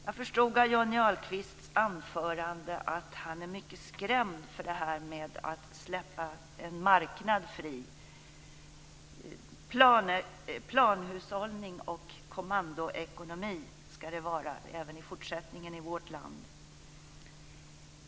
Jag förstod av Johnny Ahlqvists anförande att han är mycket skrämd av detta med att släppa en marknad fri; planhushållning och kommandoekonomi ska det vara även i fortsättningen i vårt land.